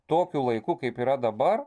tokiu laiku kaip yra dabar